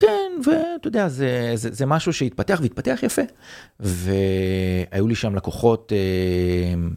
אתה יודע זה זה משהו שהתפתח והתפתח יפה והיו לי שם לקוחות.